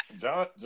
John